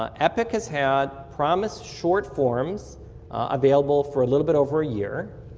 um epic has had promis short form so available for a little but over a year,